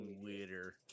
Twitter